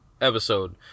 episode